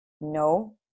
no